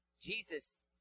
Jesus